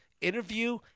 interview